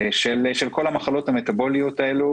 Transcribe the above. של כל המחלות המטבוליות הללו.